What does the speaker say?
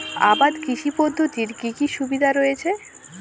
আবাদ কৃষি পদ্ধতির কি কি সুবিধা রয়েছে?